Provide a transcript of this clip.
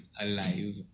alive